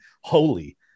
holy